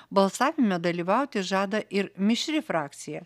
balsavime dalyvauti žada ir mišri frakcija